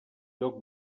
lloc